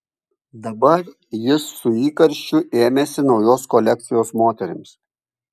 dabar jis su įkarščiu ėmėsi naujos kolekcijos moterims